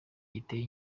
giteye